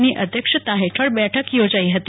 ની અધ્યક્ષતા ફેઠળ બેઠક યોજાઇ ફતી